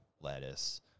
lettuce